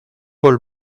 paul